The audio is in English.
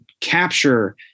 capture